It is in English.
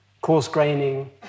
coarse-graining